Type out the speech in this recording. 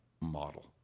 model